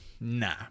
nah